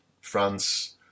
France